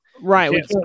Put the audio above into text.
Right